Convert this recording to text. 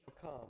come